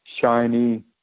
shiny